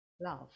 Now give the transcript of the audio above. love